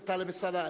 חבר הכנסת טלב אלסאנע,